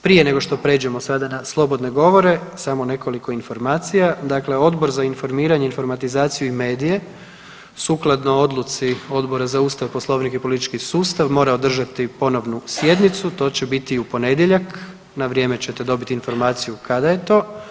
Prije nego što pređemo sada na slobodne govore samo nekoliko informacija, dakle Odbor za informiranje, informatizaciju i medije sukladno odluci Odbora za Ustav, Poslovnik i politički sustav mora održati ponovnu sjednicu, to će biti u ponedjeljak na vrijeme ćete dobiti informaciju kada je to.